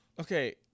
Okay